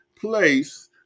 place